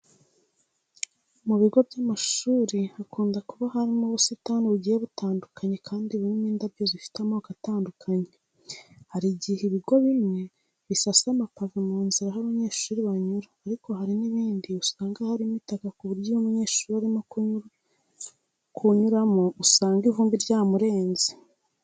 Mu bigo by'amashuri hakunda kuba harimo ubusitani bugiye butandukanye kandi burimo indabyo zifite amoko atandukanye. Hari igihe ibigo bimwe bisasa amapave mu nzira aho abanyeshuri banyura ariko hari n'ibindi usanga hakirimo itaka ku buryo iyo umunyeshuri ari kunyuramo usanga ivumbi ryamurenze.